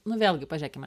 nu vėlgi pažiūrėkime